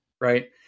right